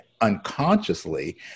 unconsciously